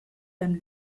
beim